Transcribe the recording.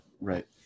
Right